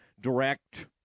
direct